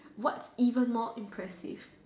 what's even more impressive